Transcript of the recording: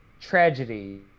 tragedy